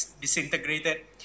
disintegrated